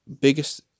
biggest